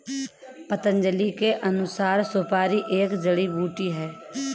पतंजलि के अनुसार, सुपारी एक जड़ी बूटी है